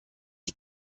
die